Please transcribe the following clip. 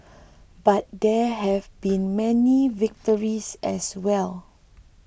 but there have been many victories as well